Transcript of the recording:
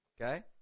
Okay